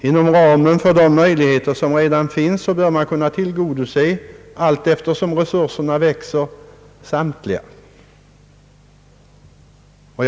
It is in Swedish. Inom ramen för de möjligheter som redan finns bör man allteftersom resurserna växer kunna tillgodose samtliga.